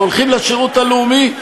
והולכים לשירות הלאומי,